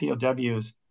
POWs